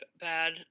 bad